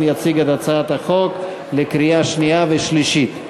יציג את הצעת החוק לקריאה שנייה ולקריאה שלישית.